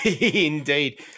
Indeed